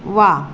वा